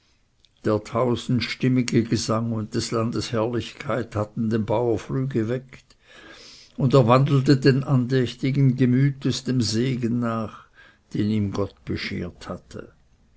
der tausendstimmige gesang und des landes herrlichkeit hatten den bauer früh geweckt und er wandelte andächtigen gemütes dem segen nach den ihm gott beschert hatte